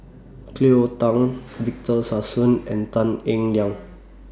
Cleo Thang Victor Sassoon and Tan Eng Liang